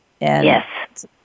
Yes